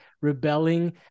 rebelling